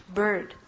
bird